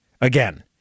Again